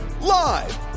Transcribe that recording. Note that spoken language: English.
Live